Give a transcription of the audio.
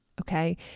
Okay